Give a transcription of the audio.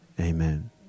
Amen